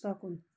सकुन